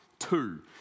two